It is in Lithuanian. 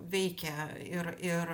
veikia ir ir